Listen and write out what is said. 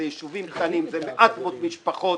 אלה ישובים קטנים, אלה מעט מאוד משפחות